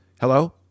Hello